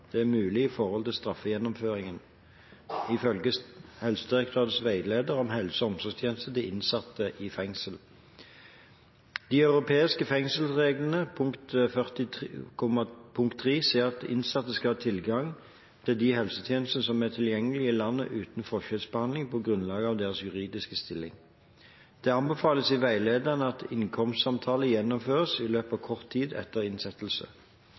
det er mulig i forhold til straffegjennomføringen, ifølge Helsedirektoratets veileder, Helse- og omsorgstjenester til innsatte i fengsel. De europeiske fengselsreglene punkt 40.3 sier: «Innsatte skal ha tilgang til de helsetjenester som er tilgjengelige i landet uten forskjellsbehandling på grunnlag av deres juridiske stilling.» Det anbefales i veilederen at innkomstsamtale gjennomføres i løpet av kort tid etter innsettelse.